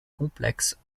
complexe